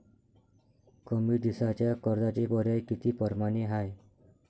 कमी दिसाच्या कर्जाचे पर्याय किती परमाने हाय?